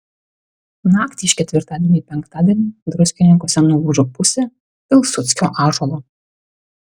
naktį iš ketvirtadienio į penktadienį druskininkuose nulūžo pusė pilsudskio ąžuolo